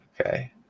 Okay